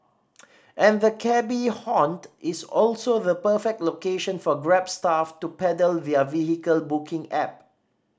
and the cabby haunt is also the perfect location for Grab staff to peddle their vehicle booking app